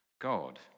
God